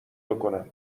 بکنم